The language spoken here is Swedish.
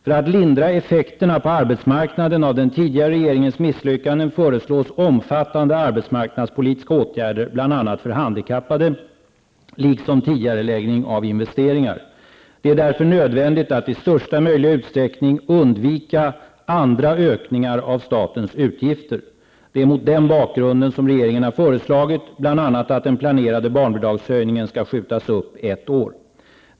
För att lindra effekterna på arbetsmarknaden av den tidigare regeringens misslyckanden föreslås omfattande arbetsmarknadspolitiska åtgärder, bl.a. för handikappade, liksom tidigareläggning av investeringar. Det är därför nödvändigt att i största möjliga utsträckning undvika andra ökningar av statens utgifter. Det är mot den bakgrunden regeringen har föreslagit bl.a. att den planerade barnbidragshöjningen skall skjutas upp ett år.